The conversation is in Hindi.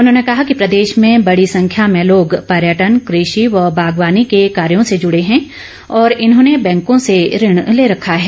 उन्होंने कहा कि प्रदेश में बड़ी संख्या में लोग पर्यटन कृषि व बागवानी के कार्यों से जुड़े हैं और इन्होंने बैंको से ऋण ले रखा है